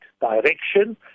direction